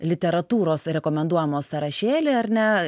literatūros rekomenduojamos sąrašėlį ar ne